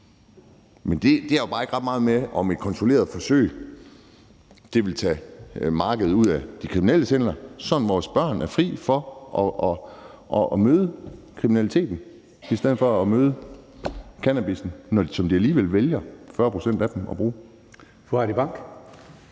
Men det har bare ikke ret meget at gøre med, om et kontrolleret forsøg vil tage markedet ud af de kriminelles hænder, så vores børn er fri for at møde kriminaliteten, når de møder cannabissen, som 40 pct. af dem alligevel vælger at bruge.